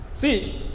See